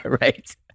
right